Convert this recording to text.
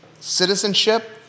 citizenship